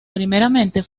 primeramente